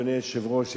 אדוני היושב-ראש,